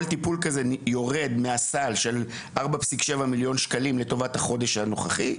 כל טיפול כזה יורד מהסל של 4,7 מיליון שקלים לטובת החודש הנוכחי.